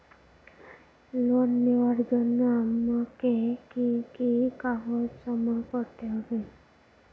Loan নেওয়ার জন্য আমাকে কি কি কাগজ জমা করতে হবে?